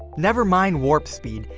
never mind warp speed,